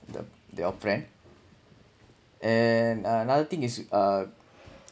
the the friend and uh another thing is uh